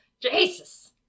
Jesus